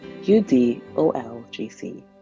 UDOLGC